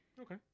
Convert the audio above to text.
Okay